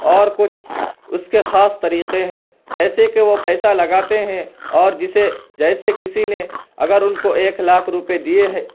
اور کچھ اس کے خاص طریقے ہیں جیسے کہ وہ پیسہ لگاتے ہیں اور جسے جیسے کسی نے اگر ان کو ایک لاکھ روپے دیے ہے